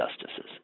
justices